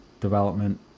development